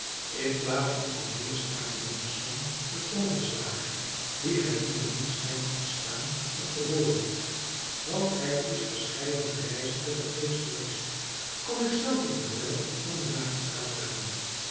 inplaats van cornelis adriaensz den trommelslager dien gijlieden niet schijnt te verstaan of te hooren want hij is verscheidene reizen te vergeefs geweest kom ik zelf het bevel van den magistraat brengen